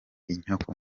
inyoko